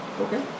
Okay